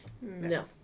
No